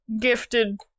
gifted